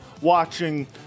watching